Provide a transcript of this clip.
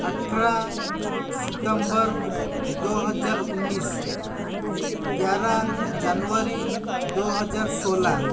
अठारह सितम्बर दो हज़ार उन्नीस ग्यारह जनवरी दो हज़ार सोलह